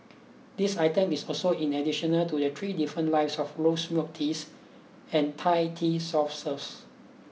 this item is also in additional to their three different lives of rose milk tea and Thai tea soft serves